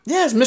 Yes